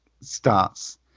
starts